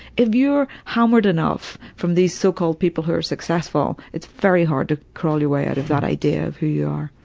if you're hammered enough from these so-called people who are successful it's very hard to crawl your way out of that idea of who you are.